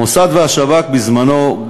המוסד והשב"כ בזמנם,